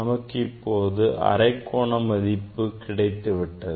நமக்கு இப்போது அரைக்கோணம் மதிப்பு கிடைத்துவிட்டது